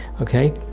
okay,